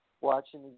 Watching